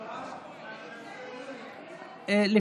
שמית.